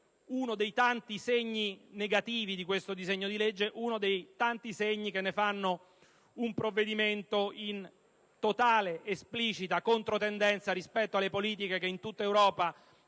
uno dei tanti segni negativi di questo disegno di legge, che ne fanno un provvedimento in totale ed esplicita controtendenza rispetto alle politiche che in tutta Europa